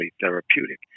therapeutic